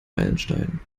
meilenstein